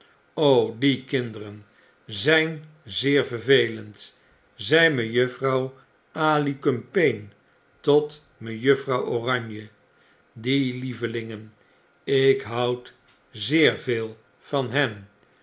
die kinderen zyn zeer vervelend zei mejuffrouw alicumpaine tot mejuffrouw oranje die lievelingen ik houd zeer veel van hen